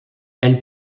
elle